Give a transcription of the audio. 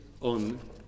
on